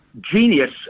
genius